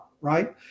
right